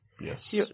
Yes